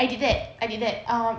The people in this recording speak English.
I did that I did that um